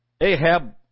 Ahab